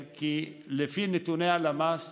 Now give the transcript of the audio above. כי לפי נתוני הלמ"ס